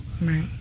right